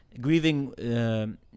grieving